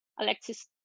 Alexis